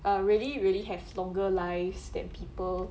um really really have longer lives than people